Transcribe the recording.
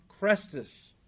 Crestus